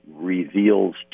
reveals